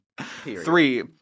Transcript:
Three